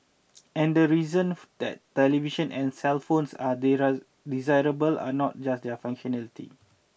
and the reason that television and cellphones are desirable are not just their functionality